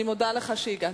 אני מודה לך על שהגעת.